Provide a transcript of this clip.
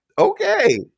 Okay